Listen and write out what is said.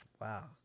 Wow